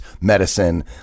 medicine